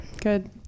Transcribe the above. good